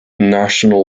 national